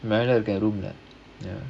மேல இருக்கேன்:mela irukkaen room leh ya